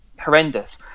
horrendous